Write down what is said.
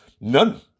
None